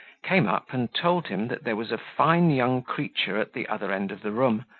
came up, and told him, that there was a fine young creature at the other end of the room,